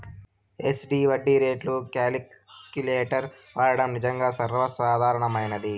SD వడ్డీ రేట్లు calculator వాడడం నిజంగా సర్వసాధారణమైనది